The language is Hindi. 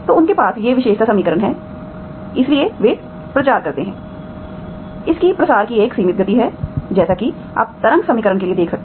तो उनके पास ये विशेषता समीकरण हैं इसलिए वे प्रचार करते हैं इसकी प्रसार की एक सीमित गति है जैसा कि आप तरंग समीकरण के लिए देख सकते हैं